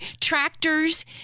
tractors